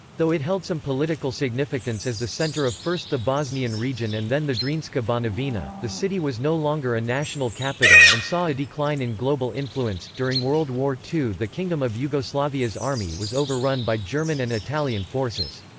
though it held some political significance as the center of first the bosnian region and then the drinska banovina, the city was no longer a national capital and saw a decline in global influence during world war ii the kingdom of yugoslavia's army was overrun by german and italian forces.